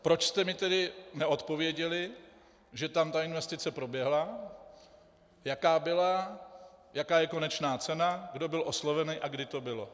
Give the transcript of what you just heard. Proč jste mi tedy neodpověděli, že tam ta investice proběhla, jaká byla, jaká je konečná cena, kdo byl osloven a kdy to bylo?